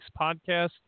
Podcast